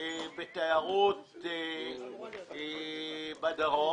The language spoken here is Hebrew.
בתיירות בדרום,